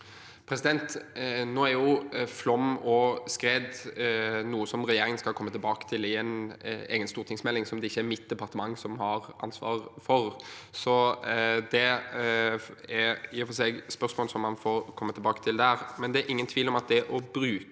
Nå er jo flom og skred noe regjeringen skal komme tilbake til i en egen stortingsmelding som det ikke er mitt departement som har ansvaret for, så det er i og for seg spørsmål man får komme tilbake til, men det er ingen tvil om at det å bruke